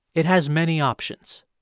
it has many options.